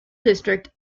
district